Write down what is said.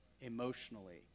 emotionally